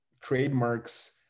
trademarks